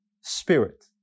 spirit